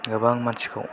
गोबां मानसिखौ